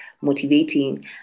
motivating